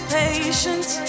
patience